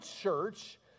church